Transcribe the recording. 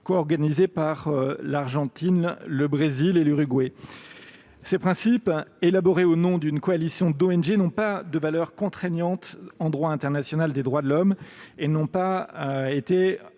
coorganisé par l'Argentine, le Brésil et l'Uruguay. Ces principes, élaborés au nom d'une coalition d'ONG, n'ont pas de valeur contraignante en droit international des droits de l'homme et ils n'ont pas été